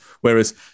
Whereas